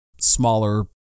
smaller